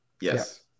Yes